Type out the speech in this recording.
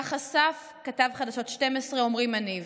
כך חשף כתב חדשות 12 עמרי מניב: